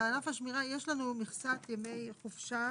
בענף השמירה יש לנו מכסת ימי חופשה,